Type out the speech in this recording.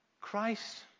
Christ